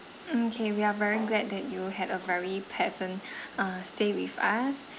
mm K we are very glad that you had a very pleasant uh stay with us